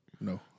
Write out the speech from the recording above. No